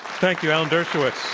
thank you, alan dershowitz.